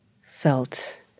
felt